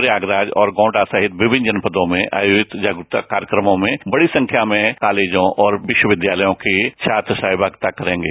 प्रयागराज और गोंडा सहित विभिन्न जनपदों में आयोजित जागरूकता कार्यक्रमो में बड़ी संख्या में कॉलेजों और विश्वविद्यालय के छात्र सहभागिता करेंगे